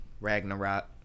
ragnarok